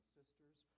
sisters